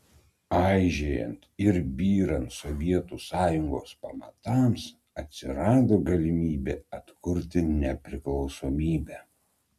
aižėjant ir byrant sovietų sąjungos pamatams atsirado galimybė atkurti nepriklausomybę